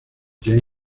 james